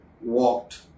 walked